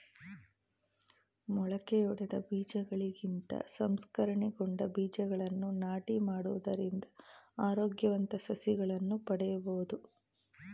ಮೊಳಕೆಯೊಡೆದ ಬೀಜಗಳಿಗಿಂತ ಸಂಸ್ಕರಣೆಗೊಂಡ ಬೀಜಗಳನ್ನು ನಾಟಿ ಮಾಡುವುದರಿಂದ ಆರೋಗ್ಯವಂತ ಸಸಿಗಳನ್ನು ಪಡೆಯಬೋದು